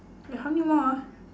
wait how many more ah